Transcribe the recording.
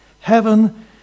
Heaven